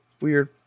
weird